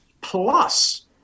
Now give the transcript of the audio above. plus